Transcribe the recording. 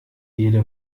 jede